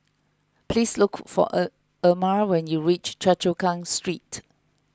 please look for Er Erma when you reach Choa Chu Kang Street